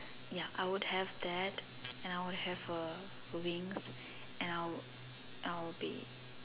ya I would have that and I would have a ring and I'll and I'll be